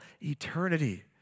eternity